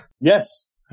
Yes